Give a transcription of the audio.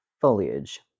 Foliage